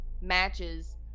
matches